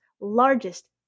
largest